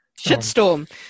shitstorm